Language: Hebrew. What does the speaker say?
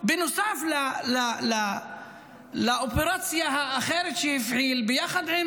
בנוסף לאופרציה האחרת שהוא הפעיל ביחד עם